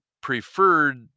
preferred